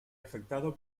afectado